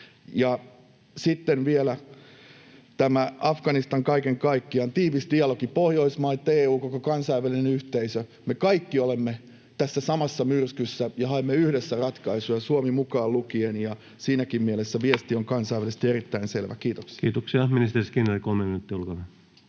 Ja sitten vielä tämä Afganistan kaiken kaikkiaan: tiivis dialogi Pohjoismaitten, EU:n, koko kansainvälisen yhteisön kesken — me kaikki olemme tässä samassa myrskyssä ja haemme yhdessä ratkaisuja, Suomi mukaan lukien, ja siinäkin mielessä viesti on kansainvälisesti erittäin selvä. — Kiitoksia.